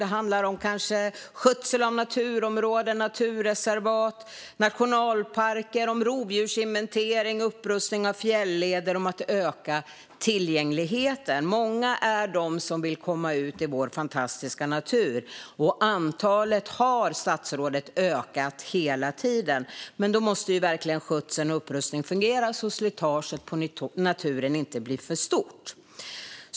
Det handlar om skötsel av naturområden, naturreservat och nationalparker, om rovdjursinventering och upprustning av fjälleder och om att öka tillgängligheten. Många är de som vill komma ut i vår fantastiska natur. Antalet har ökat hela tiden, statsrådet. Då måste verkligen skötseln och upprusningen fungera så att slitaget på naturen inte blir för stort.